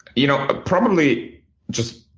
you know, ah probably just